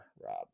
Rob